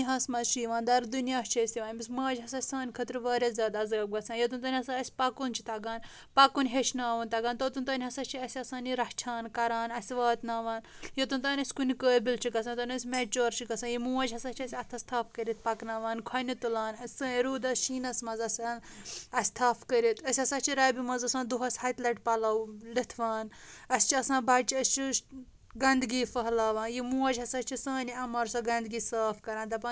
منٛز چھِ یِوان دَردُنۍیاہ چھُ أسۍ یِوان أمِس ماجہِ ہسا چھُ سانہِ خٲطرٕ واریاہ زیادٕ عزاب گژھان یوتَن تام ہسا اَسہِ پَکُن چھُ تَگان پَکُن ہٮ۪چھناوُن تَگان توتَن تام ہسا چھُ اَسہِ آسان یہِ رَچھان کران اَسہِ واتناوان یوتَن تام أسۍ کُنہِ قٲبِل چھٕ گژھان یوتَن تام أسۍ میچیور چھ گژھان یہِ موج ہسا چھےٚ اَسہِ اَتھس تھپھ کٔرِتھ پَکناوان کھۄنہِ تُلان سٲنۍ روٗدَس شیٖنَس منٛز آسان اَسہِ تھپھ کٔرِِتھ أسۍ ہسا چھِ رَبہِ منٛز آسان دۄہَس ہَتہِ لَٹہِ پَلو لِتھوان اَسہِ چھِ آسان بَچہٕ أسۍ چھِ گنٛدگی پھلاوان یہِ موج ہسا چھِ سانہِ اَمارٕ سۄ گنٛدگی صاف کران